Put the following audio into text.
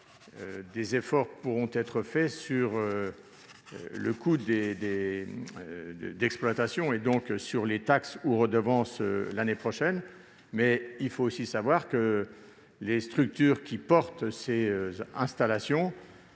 des efforts pourront peut-être être réalisés sur le coût d'exploitation, et donc sur les taxes ou redevances l'année prochaine. Mais il faut savoir que les structures qui portent ces installations